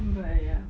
but ya